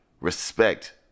respect